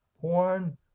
porn